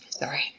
Sorry